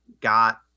got